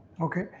Okay